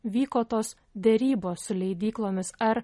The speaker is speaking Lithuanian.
vyko tos derybos su leidyklomis ar